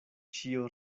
ĉio